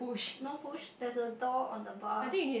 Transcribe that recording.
no push there's a door on the bar